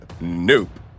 Nope